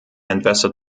entwässert